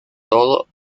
todo